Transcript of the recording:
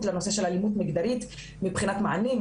לנושא של אלימות מגדרית מבחינת מענים,